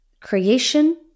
creation